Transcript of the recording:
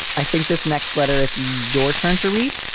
i think this next letter, it's your turn to read.